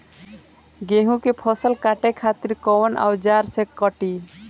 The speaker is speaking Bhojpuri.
गेहूं के फसल काटे खातिर कोवन औजार से कटी?